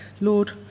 Lord